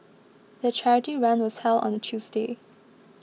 the charity run was held on a Tuesday